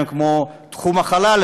תחום החלל,